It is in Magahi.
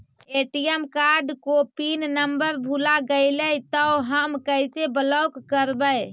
ए.टी.एम कार्ड को पिन नम्बर भुला गैले तौ हम कैसे ब्लॉक करवै?